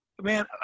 man